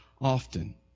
often